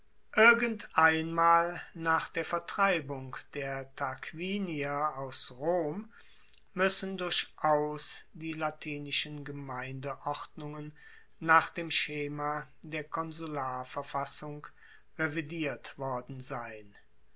einmal nach der vertreibung der tarquinier aus rom muessen durchaus die latinischen gemeindeordnungen nach dem schema der konsularverfassung revidiert worden sein